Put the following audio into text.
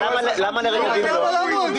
אבל למה לרגבים לא?